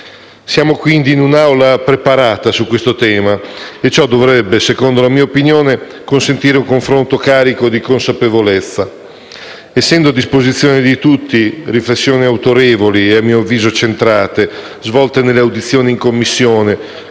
Siamo quindi in un'Assemblea preparata su questo tema e, secondo la mia opinione, ciò dovrebbe consentire un confronto carico di consapevolezza. Essendo a disposizione di tutti riflessioni autorevoli e, a mio avviso centrate, svolte nelle audizioni in Commissione